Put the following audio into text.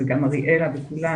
גם אריאלה וכולם,